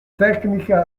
tecnica